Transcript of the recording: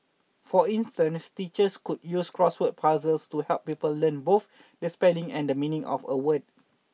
for instance teachers could use crossword puzzles to help pupil learn both the spelling and the meaning of a word